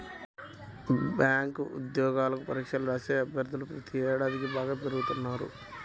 bank ఉద్యోగాలకు పరీక్షలను రాసే అభ్యర్థులు ప్రతి ఏడాదికీ బాగా పెరిగిపోతున్నారు